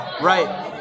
Right